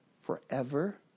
forever